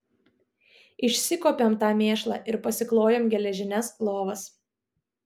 išsikuopėm tą mėšlą ir pasiklojom geležines lovas